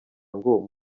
ngo